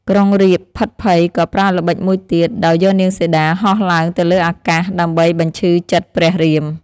ក្រុងរាពណ៍ភ័យភិតក៏ប្រើល្បិចមួយទៀត ដោយយកនាងសីតាហោះឡើងទៅលើអាកាស ដើម្បីបញ្ឈឺចិត្តព្រះរាម។